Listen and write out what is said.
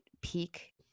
peak